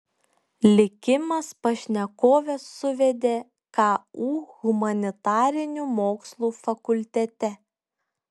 likimas pašnekoves suvedė ku humanitarinių mokslų fakultete